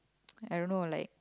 I don't know like